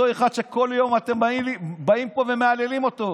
אותו אחד שכל יום אתם באים לפה ומהללים אותו.